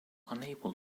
unable